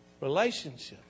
relationships